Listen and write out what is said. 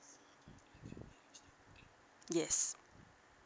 yes